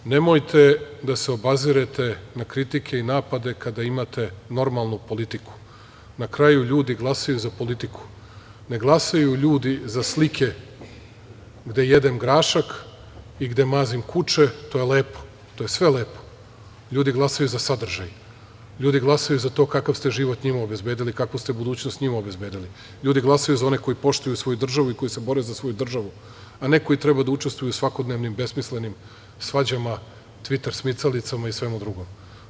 Nemojte da se obazirete na kritike i napade kada imate normalnu politiku, na kraju ljudi glasaju za politiku, ne glasaju ljudi za slike gde jedem grašak i gde mazim kuče, to je lepo, to je sve lepo, ljudi glasaju za sadržaj, ljudi glasaju za to kakav ste život njima obezbedili, kakvu ste budućnost njima obezbedili, ljudi glasaju za one koji poštuju svoju državu i koji se bore za svoju državu, a ne koji treba da učestvuju u svakodnevnim, besmislenim svađama, tviter smicalicama i svemu drugom.